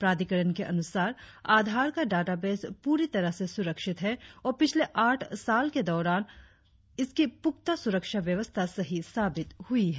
प्राधिकरण के अनुसार आधार का डाटाबेस पूरी तरह से सु्रक्षित है और पिछले आठ साल के दौरान इसकी पुख्ता सुरक्षा व्यवस्था सही साबित हुई है